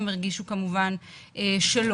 הם הרגישו כמובן שלא.